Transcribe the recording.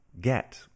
get